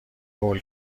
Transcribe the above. هول